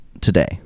today